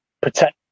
protect